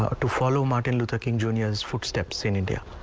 ah to follow martin luther king junior's footsteps in india.